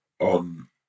on